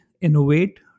innovate